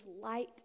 light